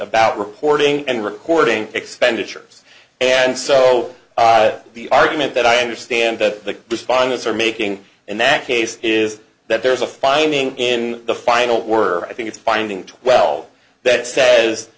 about reporting and recording expenditures and so the argument that i understand that the respondents are making in that case is that there's a finding in the final word i think it's finding twelve that says